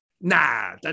nah